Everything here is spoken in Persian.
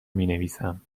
مینویسم